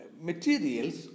materials